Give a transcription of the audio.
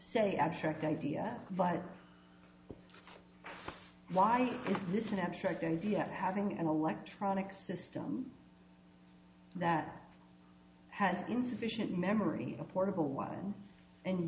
say abstract idea but why is this an abstract idea of having an electronic system that has insufficient memory a portable one and